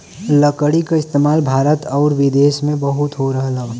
लकड़ी क इस्तेमाल भारत आउर विदेसो में बहुत हो रहल हौ